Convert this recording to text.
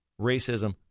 racism